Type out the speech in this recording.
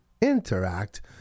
interact